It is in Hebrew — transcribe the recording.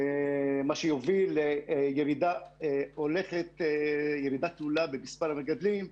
מה שיוביל לירידה תלולה במספר המגדלים.